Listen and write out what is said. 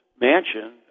mansion